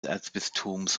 erzbistums